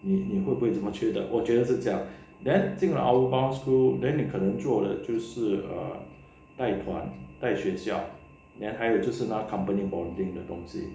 你你会不会什么觉得我觉得是这样 then 进了 outbound school then 你可能做的就是 err 贷款在学校 then 还有就是那个 company bonding 的东西